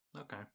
okay